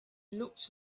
looked